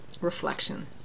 reflection